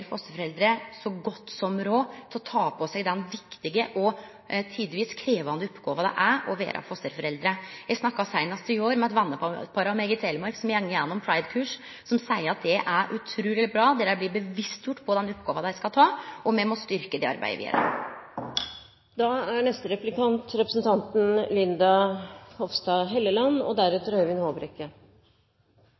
fosterforeldre – gjennom fleire kurs – førebur forsterforeldre så godt som råd er til å ta på seg den viktige og tidvis krevjande oppgåva det er å vere fosterforeldre. Eg snakka seinast i går med eit vennepar av meg i Telemark som går igjennom fleire kurs, og seier at det er utruleg bra. Der blir dei bevisstgjorde på den oppgåva dei skal ta, og me må styrke det arbeidet vidare. Først vil jeg rose representanten